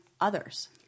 others